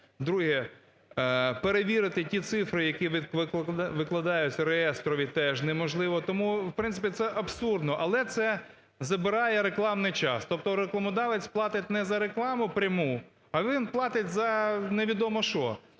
Друге, перевірити ті цифри, які викладаються реєстрові, теж неможливо, тому в принципі це абсурдно. Але це забирає рекламний час. Тобто рекламодавець платить не за рекламу пряму, а він платить за невідомо що.